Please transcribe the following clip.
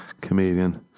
comedian